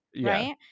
right